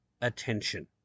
attention